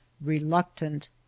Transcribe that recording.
reluctant